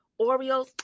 Oreos